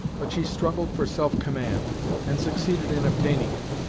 but she struggled for self-command, and succeeded in obtaining it.